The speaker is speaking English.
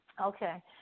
Okay